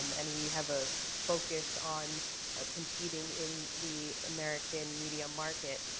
and we have a focus on ah competing in the american media market,